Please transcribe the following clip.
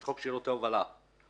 את חוק שירותי הובלה.